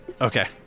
Okay